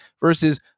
versus